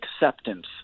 acceptance